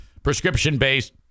Prescription-based